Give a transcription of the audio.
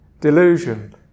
Delusion